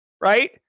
right